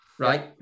Right